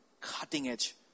cutting-edge